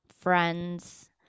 friends